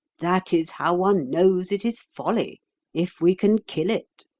that is how one knows it is folly if we can kill it.